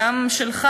גם שלך,